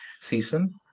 season